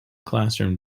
classroom